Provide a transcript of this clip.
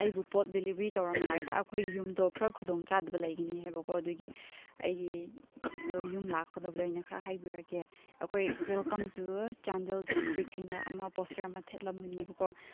ꯑꯩꯕꯨ ꯄꯣꯠ ꯗꯤꯂꯤꯕꯔꯤ ꯇꯧꯔꯝꯗꯥꯏꯗ ꯑꯩꯈꯣꯏ ꯌꯨꯝꯗꯣ ꯈꯔ ꯈꯨꯗꯣꯡ ꯆꯥꯗꯕ ꯂꯩꯒꯅꯤ ꯍꯥꯏꯕ ꯀꯣ ꯑꯗꯨꯒꯤ ꯑꯩꯒꯤ ꯌꯨꯝ ꯂꯥꯛꯀꯗꯕꯗꯣ ꯑꯩꯅ ꯈꯔ ꯍꯥꯏꯕꯤꯔꯛꯀꯦ ꯑꯩꯈꯣꯏ ꯋꯦꯜꯀꯝ ꯇꯨ ꯆꯥꯟꯗꯦꯜ ꯗꯤꯁꯇ꯭ꯔꯤꯛ ꯍꯥꯏꯅ ꯑꯃ ꯄꯣꯁꯇꯔ ꯑꯃ ꯊꯦꯠꯂꯝꯒꯅꯤꯕ ꯀꯣ